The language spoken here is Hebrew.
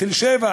תל-שבע,